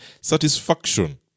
satisfaction